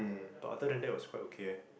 but other than that was quite okay eh